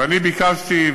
ואני ביקשתי,